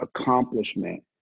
accomplishment